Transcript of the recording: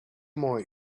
more